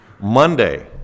Monday